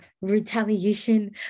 retaliation